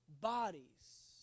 bodies